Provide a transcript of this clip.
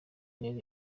yari